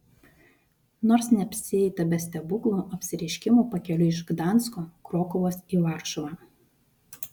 nors neapsieita be stebuklų apsireiškimų pakeliui iš gdansko krokuvos į varšuvą